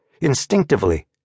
instinctively